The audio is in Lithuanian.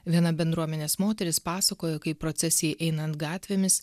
viena bendruomenės moteris pasakojo kai procesijai einant gatvėmis